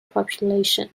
population